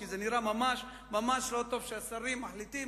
כי זה נראה ממש ממש לא טוב שהשרים מחליטים,